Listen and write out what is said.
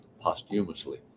posthumously